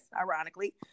ironically